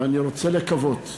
ואני רוצה לקוות שבאמת,